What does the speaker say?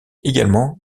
également